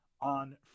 on